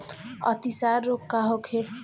अतिसार रोग का होखे?